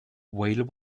whale